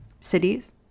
cities